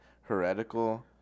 heretical